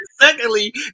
Secondly